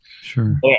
sure